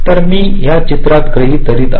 तर मी या चित्रात गृहित धरत आहे